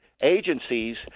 agencies